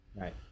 right